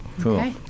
Cool